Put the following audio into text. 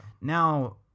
Now